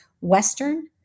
Western